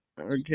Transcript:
Okay